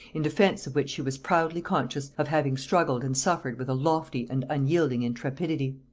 in defence of which she was proudly conscious of having struggled and suffered with a lofty and unyielding intrepidity.